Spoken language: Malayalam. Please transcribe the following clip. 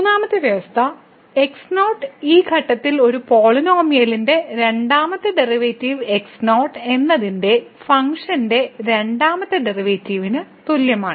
മൂന്നാമത്തെ വ്യവസ്ഥ x0 ഈ ഘട്ടത്തിൽ ഈ പോളിനോമിയലിന്റെ രണ്ടാമത്തെ ഡെറിവേറ്റീവ് x0 എന്നതിലെ ഫംഗ്ഷന്റെ രണ്ടാമത്തെ ഡെറിവേറ്റീവിന് തുല്യമാണ്